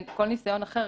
כל ניסיון אחר,